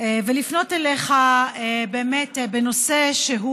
ולפנות אליך בנושא שהוא